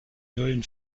neuen